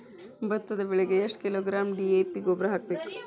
ಭತ್ತದ ಬೆಳಿಗೆ ಎಷ್ಟ ಕಿಲೋಗ್ರಾಂ ಡಿ.ಎ.ಪಿ ಗೊಬ್ಬರ ಹಾಕ್ಬೇಕ?